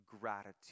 gratitude